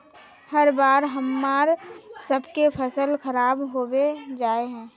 हर बार हम्मर सबके फसल खराब होबे जाए है?